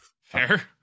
fair